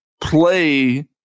play